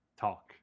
talk